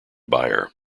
buyer